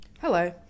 Hello